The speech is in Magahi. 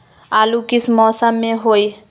आलू किस मौसम में होई?